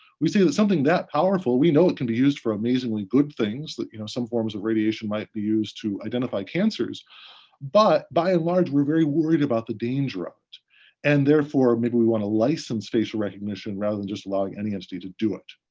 we say that something that powerful, we know it can be used for amazingly good things, you know some forms of radiation might be used to identify cancers but, by and large, we're very worried about the danger of it and, therefore, maybe we want to license facial recognition rather than just allowing any entity to do it.